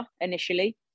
initially